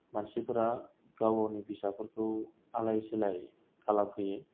मानसिफोरा गाव गावनि फिसाफोरखौ आलाय सिलाय खालामफैयो